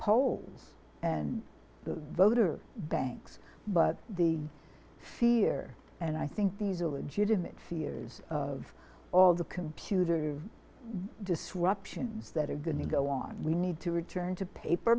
pole and the voter banks but the fear and i think these are legitimate fears of all the computer disruptions that are going to go on we need to return to paper